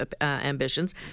ambitions